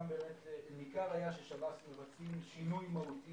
ניכר היה ששירות בתי הסוהר מבצע שינוי מהותי